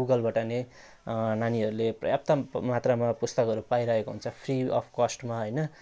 गुगलबाट नै नानीहरूले पर्याप्त मात्रमा पुस्तकहरू पाइरहेका हुन्छ फ्री अब् कस्टमा होइन